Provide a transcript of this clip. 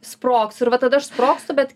sprogsiu ir va tada aš sprogstu bet